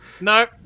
No